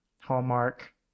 hallmark